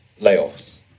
layoffs